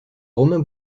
romain